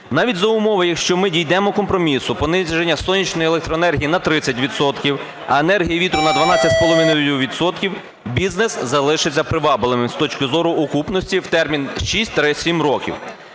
Навіть за умови, якщо ми дійдемо компромісу, пониження сонячної електроенергії на 30 відсотків, а енергії вітру – на 12,5 відсотків, бізнес залишиться привабливим, з точки зору окупності в термін шість-сім років.